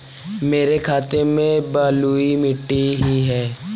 मेरे खेत में बलुई मिट्टी ही है